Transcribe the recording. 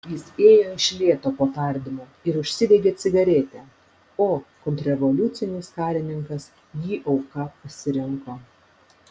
jis ėjo iš lėto po tardymo ir užsidegė cigaretę o kontrrevoliucinis karininkas jį auka pasirinko